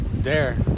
Dare